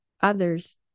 others